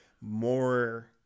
more